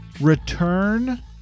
Return